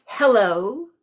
Hello